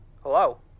Hello